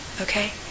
okay